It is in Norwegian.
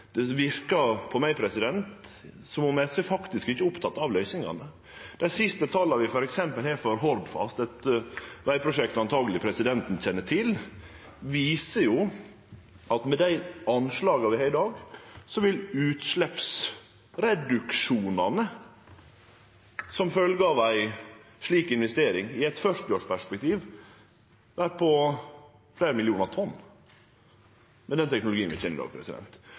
det verkar på meg som om SV faktisk ikkje er opptekne av løysingane. Dei siste tala vi har f.eks. for Hordfast – eit vegprosjekt presidenten antakeleg kjenner til – viser jo at med dei anslaga vi har i dag, vil utsleppsreduksjonane som følgjer av ei slik investering, i eit førtiårsperspektiv vere på fleire millionar tonn, med den teknologien vi kjenner til i dag.